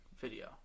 video